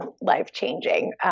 life-changing